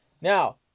Now